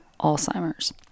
Alzheimer's